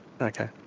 Okay